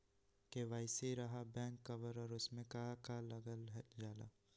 KYC रहा back cover और उसमें का का लागल जाला?